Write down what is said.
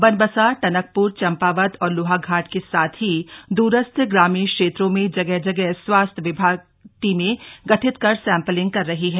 बनबसा टनकप्र चम्पावत और लोहाघाट के साथ ही दूरस्थ ग्रामीण क्षेत्रों में जगह जगह स्वास्थ्य विभाग टीमें गठित कर सैम्पलिंग कर रही है